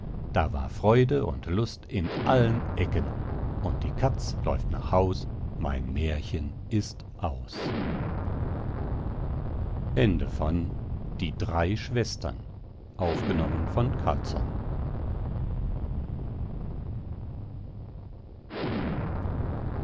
da war freude und lust in allen ecken und die katz läuft nach haus mein mährchen ist aus